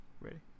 Ready